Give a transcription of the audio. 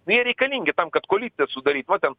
nu jie reikalingi tam kad koaliciją sudaryt va ten